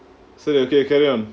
sorry okay carry on